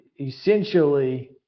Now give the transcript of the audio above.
Essentially